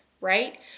right